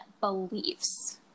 beliefs